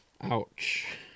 Ouch